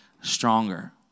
stronger